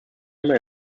elmer